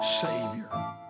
Savior